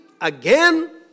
Again